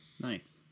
nice